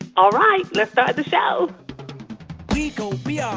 all right. let's start the show we gon' be